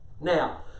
Now